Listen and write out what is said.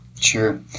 Sure